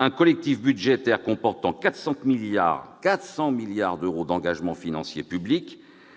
un collectif budgétaire comportant 400 milliards d'euros d'engagements financiers publics